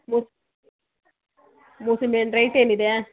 ಮೂ ಮೂಸಂಬಿ ಹಣ್ ರೈಟ್ ಏನಿದೆ